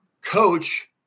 coach